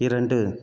இரண்டு